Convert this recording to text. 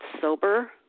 sober